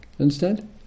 Understand